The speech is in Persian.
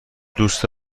دوست